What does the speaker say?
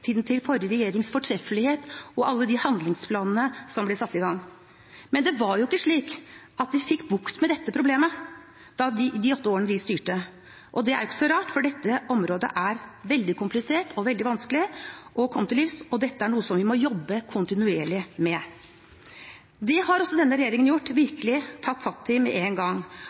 tiden til forrige regjerings fortreffelighet og til alle de handlingsplanene som ble satt i gang. Men det var ikke slik at vi fikk bukt med dette problemet i de åtte årene de styrte, og det er ikke så rart, for dette er et veldig komplisert og veldig vanskelig område å komme til livs og er noe vi må jobbe kontinuerlig med. Det har denne regjeringen gjort og virkelig tatt fatt i med en gang.